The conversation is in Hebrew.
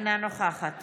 אינה נוכחת